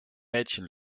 mädchen